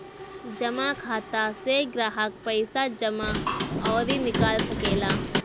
जमा खाता से ग्राहक पईसा जमा अउरी निकाल सकेला